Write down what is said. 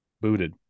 booted